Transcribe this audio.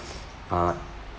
uh